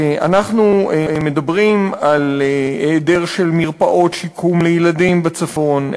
אנחנו מדברים על היעדר מרפאות שיקום לילדים בצפון,